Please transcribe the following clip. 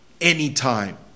anytime